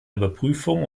überprüfung